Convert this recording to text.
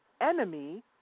enemy